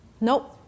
Nope